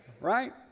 right